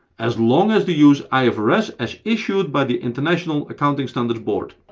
as long as they use ifrs as issued by the international accounting standards board.